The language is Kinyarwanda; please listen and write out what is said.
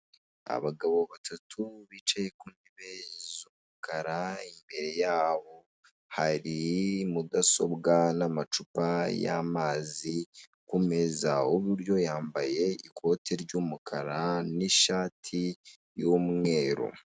Abagabo batatu bicaye ku ntebe z'umukara, imbere yaho hari mudasobwa n'amacupa y'amazi ku meza, uw'iburyo yambaye ikoti ry'umukara n'ishati y'umweru.